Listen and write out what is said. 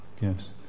Yes